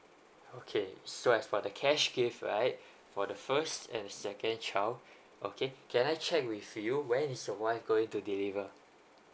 okay so as for the cash gift right for the first and second child okay can I check with you when is your wife going to deliver